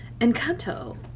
Encanto